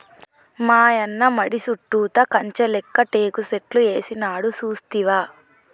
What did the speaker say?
మాయన్న మడి సుట్టుతా కంచె లేక్క టేకు సెట్లు ఏసినాడు సూస్తివా